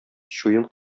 чуен